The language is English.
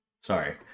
Sorry